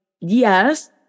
yes